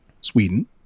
Sweden